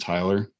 Tyler